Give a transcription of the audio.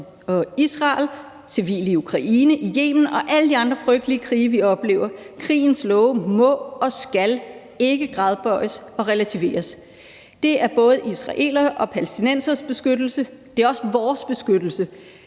Israel og civile i Ukraine, i Yemen og i alle de andre frygtelige krige, vi oplever. Krigens love må og skal ikke gradbøjes og relativeres. Det er både israeleres og palæstinenseres beskyttelse, og det er også vores beskyttelse.